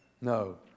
No